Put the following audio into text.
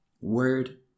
Word